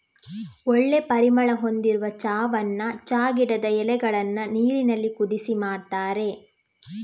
ಒಳ್ಳೆ ಪರಿಮಳ ಹೊಂದಿರುವ ಚಾವನ್ನ ಚಾ ಗಿಡದ ಎಲೆಗಳನ್ನ ನೀರಿನಲ್ಲಿ ಕುದಿಸಿ ಮಾಡ್ತಾರೆ